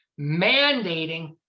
mandating